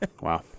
Wow